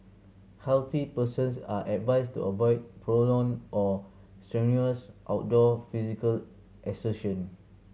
healthy persons are advised to avoid prolonged or strenuous outdoor physical exertion